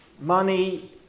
money